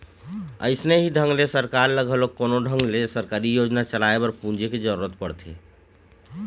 अइसने ही ढंग ले सरकार ल घलोक कोनो ढंग ले सरकारी योजना चलाए बर पूंजी के जरुरत पड़थे